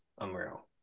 Unreal